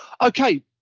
Okay